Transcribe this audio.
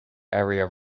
area